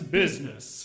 business